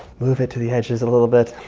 move it to the edges a little bit.